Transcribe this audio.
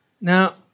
Now